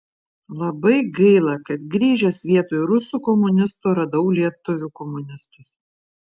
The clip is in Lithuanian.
labai gaila kad grįžęs vietoj rusų komunistų radau lietuvių komunistus